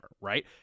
right